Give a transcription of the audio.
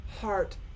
heart